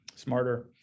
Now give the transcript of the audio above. smarter